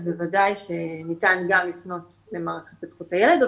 אז בוודאי שניתן גם לפנות למערכת התפתחות הילד,